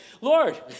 Lord